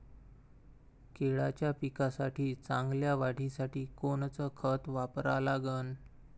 केळाच्या पिकाच्या चांगल्या वाढीसाठी कोनचं खत वापरा लागन?